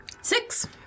Six